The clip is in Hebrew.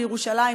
בירושלים,